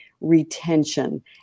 retention